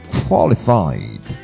qualified